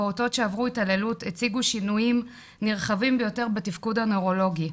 פעוטות שעברו התעללות הציגו שינויים נרחבים ביותר בתפקוד הנוירולוגי,